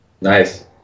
Nice